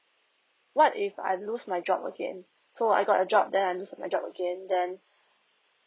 what if I lose my job again so I got a job then I lose my job again then